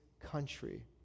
country